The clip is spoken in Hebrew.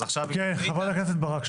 חברת הכנסת ברק.